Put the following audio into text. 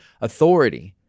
authority